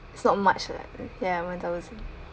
it's not much lah ya one thousand